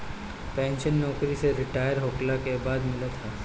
pension नोकरी से retire होखला के बाद मिलत हवे